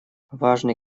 важный